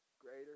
greater